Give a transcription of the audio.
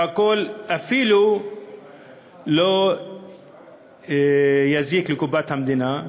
זה אפילו לא יזיק לקופת המדינה.